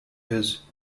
his